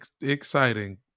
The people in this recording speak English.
exciting